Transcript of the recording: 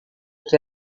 que